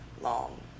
long